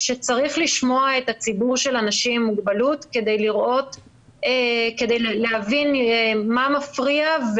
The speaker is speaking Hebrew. שצריך לשמוע את ציבור האנשים עם מוגבלות כדי להבין מהם מה מפריע,